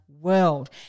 world